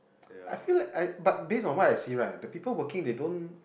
I feel like I but based on what I see right the people working they don't